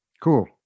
cool